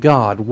God